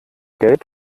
geld